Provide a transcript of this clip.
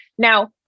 Now